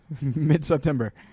Mid-September